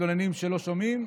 מתלוננים שלא שומעים?